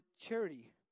charity